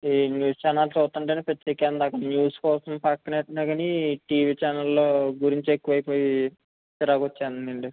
ఈ news channels చూస్తుంటేనే పిచ్చెక్కి ఇందాక న్యూస్ కోసం ప్రక్కన పెట్టిన కానీ టీవీ ఛానెళ్ళు గురించి ఎక్కువైపోయాయి ఎలాగా వచ్చాయండి